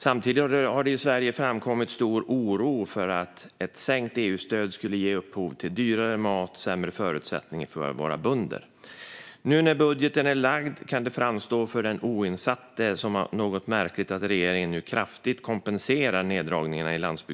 Samtidigt har det i Sverige framkommit stor oro för att ett sänkt EU-stöd skulle ge upphov till dyrare mat och sämre förutsättningar för våra bönder. Nu när budgeten är lagd kan det för den oinsatte framstå som något märkligt att regeringen i landsbygdsprogrammet kraftigt kompenserar neddragningarna.